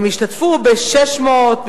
הם השתתפו ב-600,